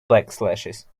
backslashes